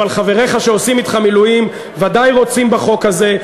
אבל חבריך שעושים אתך מילואים ודאי רוצים בחוק הזה.